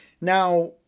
Now